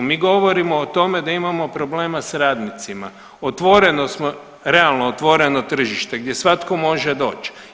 Mi govorimo o tome da imamo problema s radnicima, otvoreno smo, realno otvoreno tržište gdje svatko može doći.